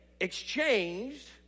exchanged